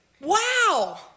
wow